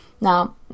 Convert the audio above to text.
Now